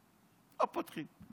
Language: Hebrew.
לא פותחים.